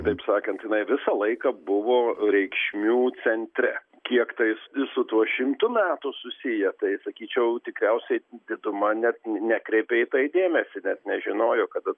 taip sakant jinai visą laiką buvo reikšmių centre kiek tais su tuo šimtu metų susiję tai sakyčiau tikriausiai diduma net nekreipė į tai dėmesį net nežinojo kad